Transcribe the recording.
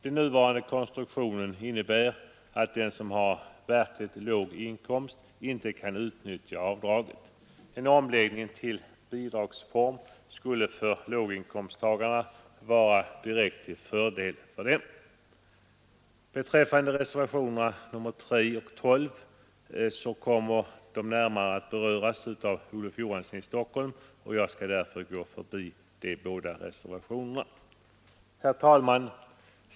Den nuvarande konstruktionen innebär att den som har en verkligt låg inkomst inte kan utnyttja avdraget. En omläggning till bidragsformen skulle vara till direkt fördel för låginkomsttagarna. Reservationerna 3 och 12 kommer att närmare beröras av herr Olof Johansson i Stockholm, och jag skall därför gå förbi dem. Herr talman!